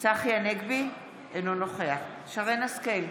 צחי הנגבי, אינו נוכח שרן מרים השכל,